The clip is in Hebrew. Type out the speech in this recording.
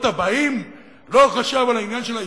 הבאים לא חשב על העניין של ההתנתקות,